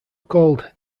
called